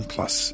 Plus